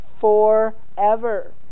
forever